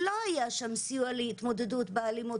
שלא היה שם סיוע להתמודדות באלימות,